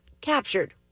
captured